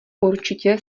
určitě